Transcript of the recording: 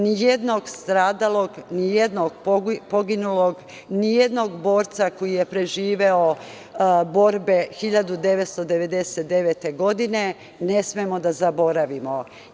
Nijednog stradalog, nijednog poginulog, nijednog borca koji je preživeo borbe 1999. godine ne smemo da zaboravimo.